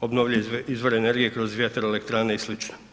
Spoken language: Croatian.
obnovljive izvore energije, kroz vjetroelektrane i sl.